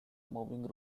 moving